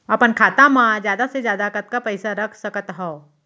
अपन खाता मा जादा से जादा कतका पइसा रख सकत हव?